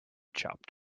chopped